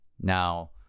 Now